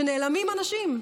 שנעלמים אנשים.